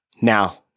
Now